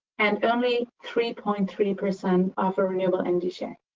and only three point three percent offer renewable energy share.